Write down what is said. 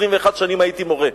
21 שנים הייתי מורה,